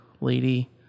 lady